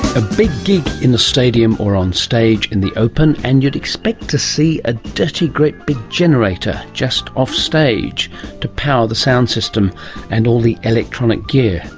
a big gig in a stadium or on stage in the open, and you'd expect to see a dirty great big generator just offstage to power the sound system and all the electronic gear,